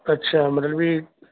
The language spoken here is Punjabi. ਅੱਛਾ ਮਤਲਬ ਵੀ